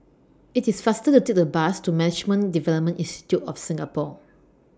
IT IS faster to Take The Bus to Management Development Institute of Singapore